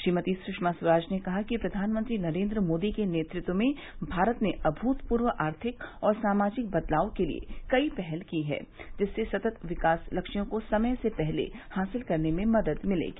श्रीमती सुषमा स्वराज ने कहा कि प्रधानमंत्री नरेन्द्र मोदी के नेतृत्व में भारत ने अमृतपूर्व आर्थिक और सामाजिक बदलाव के लिए कई पहल की हैं जिनसे सतत विकास लक्ष्यों को समय से पहले हासिल करने में मदद मिलेगी